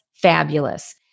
Fabulous